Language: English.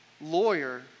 lawyer